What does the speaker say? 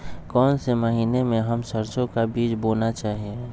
कौन से महीने में हम सरसो का बीज बोना चाहिए?